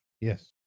Yes